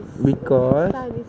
because